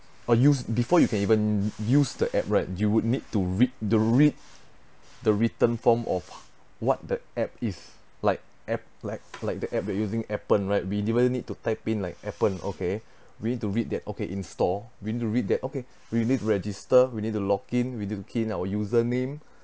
or use before you can even use the app right you would need to read the wri~ the written form of what the app is like app like like the app that using appen right we even need to type in like appen okay we need to read that okay install we need to read that okay we need register we need to login we need key in our username